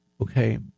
Okay